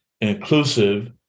inclusive